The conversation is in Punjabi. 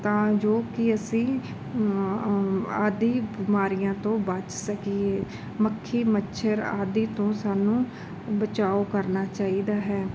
ਤਾਂ ਜੋ ਕਿ ਅਸੀਂ ਆਦਿ ਬਿਮਾਰੀਆਂ ਤੋਂ ਬੱਚ ਸਕੀਏ ਮੱਖੀ ਮੱਛਰ ਆਦਿ ਤੋਂ ਸਾਨੂੰ ਬਚਾਓ ਕਰਨਾ ਚਾਹੀਦਾ ਹੈ